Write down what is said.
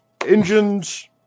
Engines